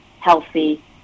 healthy